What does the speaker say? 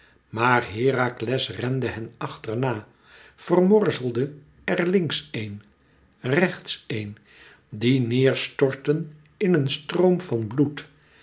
maar herakles rende hen achterna vermorzelde er links een rechts een die neêr stortten in een stroom van bloed